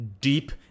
deep